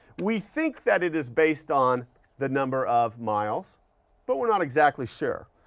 we think that it is based on the number of miles but we're not exactly sure.